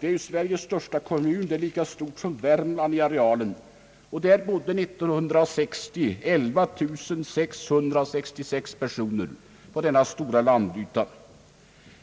Det är Sveriges största kommun och den är lika stor som Värmland till arealen. År 1960 bodde 11 666 personer på denna stora landyta.